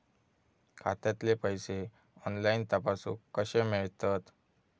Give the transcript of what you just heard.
खात्यातले पैसे ऑनलाइन तपासुक कशे मेलतत?